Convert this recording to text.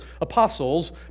apostles